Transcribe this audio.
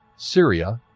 syria,